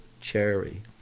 cherry